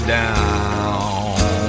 down